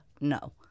no